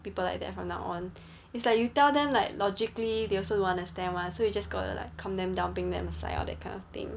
people like that from now on it's like you tell them like logically they also don't understand [one] so you just gotta like calm them down bring them aside lor that kind of thing